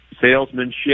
salesmanship